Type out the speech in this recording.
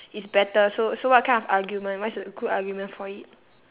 is better so so what kind of argument what's a good argument for it